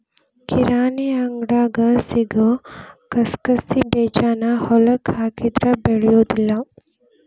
ಕಿರಾಣಿ ಅಂಗಡ್ಯಾಗ ಸಿಗು ಕಸಕಸಿಬೇಜಾನ ಹೊಲಕ್ಕ ಹಾಕಿದ್ರ ಬೆಳಿಯುದಿಲ್ಲಾ